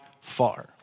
far